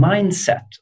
Mindset